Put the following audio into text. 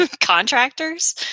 contractors